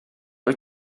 wyt